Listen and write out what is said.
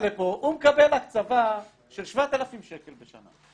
הוא מקבל הקצבה של 7,000 שקל בשנה.